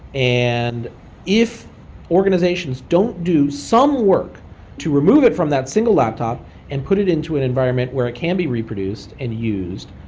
and if organizations don't do some work to remove it from that single laptop and put it into an environment where it can be reproduced and used,